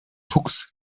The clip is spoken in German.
fuchs